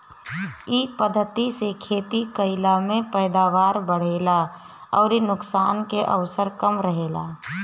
इ पद्धति से खेती कईला में पैदावार बढ़ेला अउरी नुकसान के अवसर कम रहेला